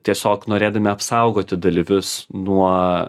tiesiog norėdami apsaugoti dalyvius nuo